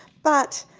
but,